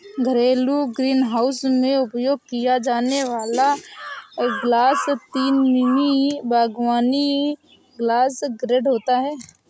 घरेलू ग्रीनहाउस में उपयोग किया जाने वाला ग्लास तीन मिमी बागवानी ग्लास ग्रेड होता है